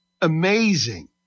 Amazing